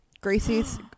Gracie's